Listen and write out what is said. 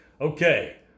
okay